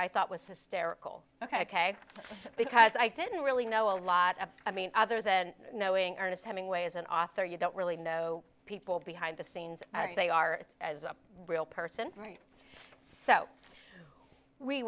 i thought was hysterical ok because i didn't really know a lot of i mean other than knowing ernest hemingway as an author you don't really know people behind the scenes as they are as a real person right so we